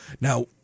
Now